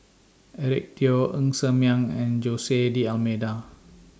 Eric Teo Ng Ser Miang and Jose D'almeida